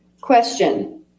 Question